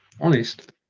honest